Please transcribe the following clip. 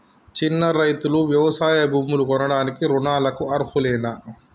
చిన్న రైతులు వ్యవసాయ భూములు కొనడానికి రుణాలకు అర్హులేనా?